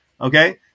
Okay